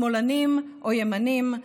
שמאלנים או ימנים,